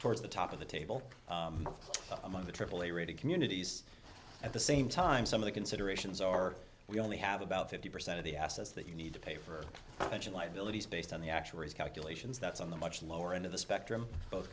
towards the top of the table among the aaa rating communities at the same time some of the considerations are we only have about fifty percent of the assets that you need to pay for engine liabilities based on the actuaries calculations that's on the much lower end of the spectrum both